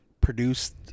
produced